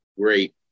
great